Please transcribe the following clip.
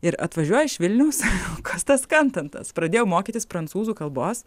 ir atvažiuoju iš vilniaus o kas tas kantantas pradėjau mokytis prancūzų kalbos